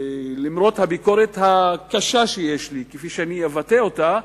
למרות הביקורת הקשה שיש לי, כפי שאני אבטא אותה,